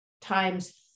times